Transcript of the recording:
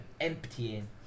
emptying